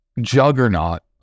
juggernaut